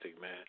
man